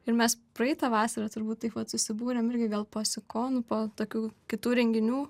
ir mes praeitą vasarą turbūt taip vat susibūrėm irgi po sikonų po tokių kitų renginių